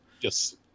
Yes